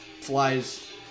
flies